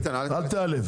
אל תיעלב.